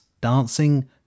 dancing